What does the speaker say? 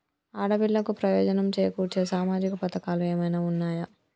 ఆడపిల్లలకు ప్రయోజనం చేకూర్చే సామాజిక పథకాలు ఏమైనా ఉన్నయా?